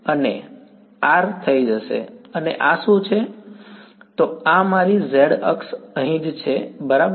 અને R થઈ જશે અને આ શું છે તો આ મારી z અક્ષ અહીં જ છે બરાબર